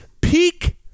peak